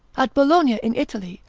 at bologna in italy,